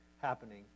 happening